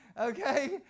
okay